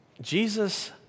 Jesus